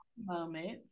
moments